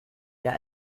wir